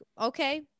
Okay